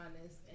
honest